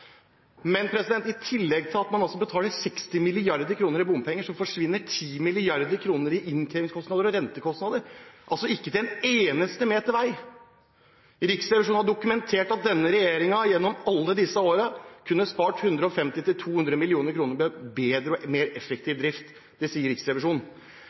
I tillegg til at man betaler 60 mrd. kr i bompenger, forsvinner 10 mrd. kr i innkrevingskostnader og rentekostnader, altså ikke til en eneste meter vei. Riksrevisjonen har dokumentert at denne regjeringen gjennom alle disse årene kunne spart 150–200 mill. kr med en bedre og mer effektiv drift. Det sier Riksrevisjonen.